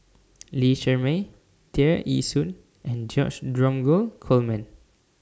Lee Shermay Tear Ee Soon and George Dromgold Coleman